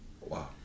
Wow